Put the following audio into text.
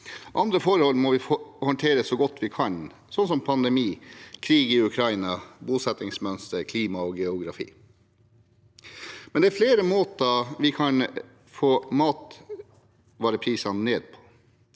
Andre forhold må vi håndtere så godt vi kan, som f.eks. pandemi, krig i Ukraina, bosettingsmønster, klima og geografi. Det er flere måter vi kan få ned matvareprisene på